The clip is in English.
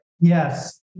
Yes